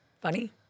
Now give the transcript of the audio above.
funny